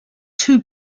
two